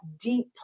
deep